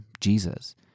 Jesus